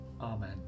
Amen